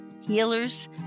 healers